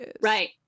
Right